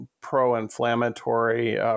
pro-inflammatory